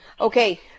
okay